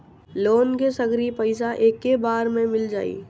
Loan के सगरी पइसा एके बेर में मिल जाई?